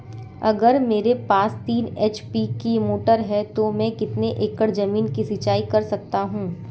अगर मेरे पास तीन एच.पी की मोटर है तो मैं कितने एकड़ ज़मीन की सिंचाई कर सकता हूँ?